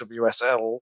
WSL